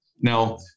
Now